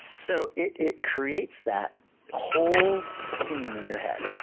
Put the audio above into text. so it it creates that whole scene in your head.